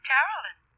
Carolyn